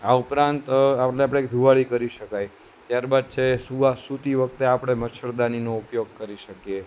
આ ઉપરાંત આવી રીતે આપણે ધુવાડી કરી શકાય ત્યારબાદ છે સુવા સૂતી વખતે આપણે મચ્છરદાનીનો ઉપયોગ કરી શકીએ